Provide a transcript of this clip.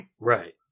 Right